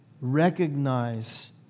recognize